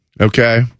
okay